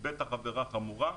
ובטח עבירה חמורה,